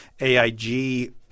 AIG